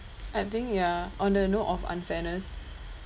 I think ya on the note of unfairness